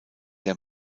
der